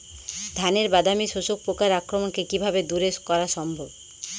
ধানের বাদামি শোষক পোকার আক্রমণকে কিভাবে দূরে করা সম্ভব?